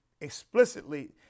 explicitly